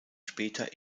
später